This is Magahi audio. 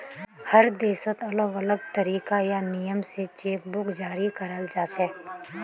हर देशत अलग अलग तरीका या नियम स चेक बुक जारी कराल जाछेक